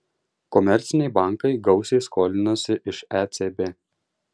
komerciniai bankai gausiai skolinasi iš ecb